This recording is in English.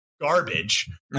garbage